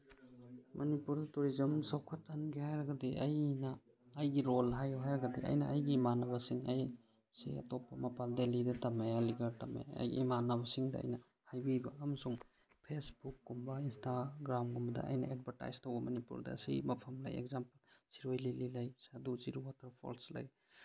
Manipur tourism ꯆꯥꯎꯈꯠꯍꯟꯒꯦ ꯍꯥꯏꯔꯒꯗꯤ ꯑꯩꯅ ꯑꯩꯒꯤ ꯔꯣꯜ ꯍꯥꯏꯌꯨ ꯍꯥꯏꯔꯒꯗꯤ ꯑꯩꯅ ꯑꯩꯒꯤ ꯏꯃꯥꯟꯅꯕꯁꯤꯡ ꯑꯩ ꯁꯦ ꯑꯇꯣꯞꯄ ꯃꯄꯥꯜ ꯗꯦꯜꯂꯤꯗ ꯇꯝꯃꯛꯑꯦ ꯑꯩ ꯏꯃꯥꯟꯅꯕꯁꯤꯡꯗ ꯑꯩꯅ ꯍꯥꯏꯕꯤꯕ ꯑꯃꯁꯨꯡ ꯐꯦꯁꯕꯨꯛꯀꯨꯝꯕ ꯏꯟꯁꯇꯥꯒ꯭ꯔꯥꯝꯒꯨꯝꯕꯗ ꯑꯩꯅ ꯑꯦꯗꯚꯔꯇꯥꯏꯁ ꯇꯧꯕ ꯃꯅꯤꯄꯨꯔꯗ ꯁꯤ ꯃꯐꯝꯗ ꯑꯦꯛꯖꯥꯝꯄꯜ ꯁꯤꯔꯣꯏ ꯂꯤꯂꯤ ꯂꯩ ꯑꯗꯨ ꯆꯤꯔꯨ ꯋꯥꯇꯔꯐꯣꯜꯁ ꯂꯩ